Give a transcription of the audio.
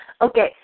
okay